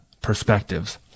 perspectives